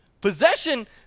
Possession